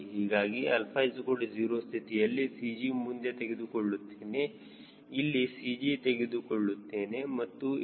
ಹೀಗಾಗಿ 𝛼 0 ಸ್ಥಿತಿಯಲ್ಲಿ CG ಮುಂದೆ ತೆಗೆದುಕೊಳ್ಳುತ್ತೇನೆ ಇಲ್ಲಿ CG ತೆಗೆದು ತೆಗೆದುಕೊಳ್ಳುತ್ತೇನೆ ಮತ್ತು a